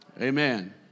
Amen